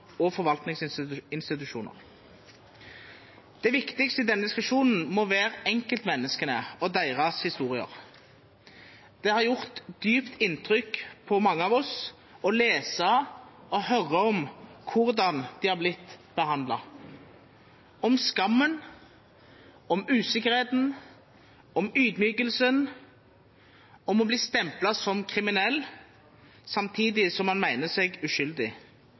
og forvaltningsinstitusjoner. Det viktigste i denne diskusjonen må være enkeltmenneskene og deres historier. Det har gjort dypt inntrykk på mange av oss å lese og høre om hvordan de har blitt behandlet – om skammen, om usikkerheten, om ydmykelsen, om å bli stemplet som kriminell, samtidig som man mener seg uskyldig.